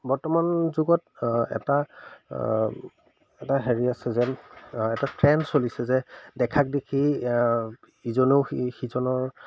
বৰ্তমান যুগত এটা এটা হেৰি আছে যেন এটা ট্ৰেণ্ড চলিছে যে দেখাক দেখি ইজনেও সিজনৰ